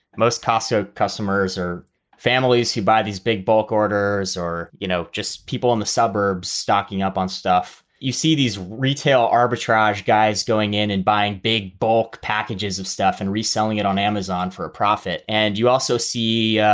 most costco customers are families who buy these big bulk orders or, you know, just people in the suburbs stocking up on stuff. you see these retail arbitrage guys going in and buying big bulk packages of stuff and reselling it on amazon for a profit. and you also see,